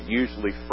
usually